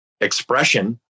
expression